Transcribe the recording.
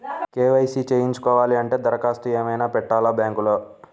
KYC చేయించుకోవాలి అంటే దరఖాస్తు ఏమయినా పెట్టాలా బ్యాంకులో?